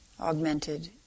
augmented